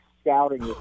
scouting